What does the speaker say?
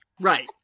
Right